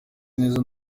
neza